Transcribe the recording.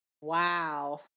wow